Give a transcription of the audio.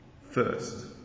first